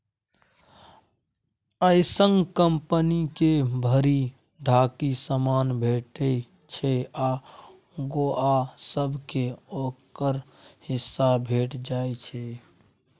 अय सँ कंपनियो के भरि ढाकी समान भेटइ छै आ गौंआ सब केँ ओकर हिस्सा भेंट जाइ छै